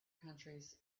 countries